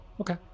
Okay